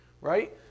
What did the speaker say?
right